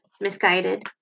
misguided